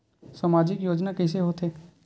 सामजिक योजना कइसे होथे?